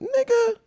nigga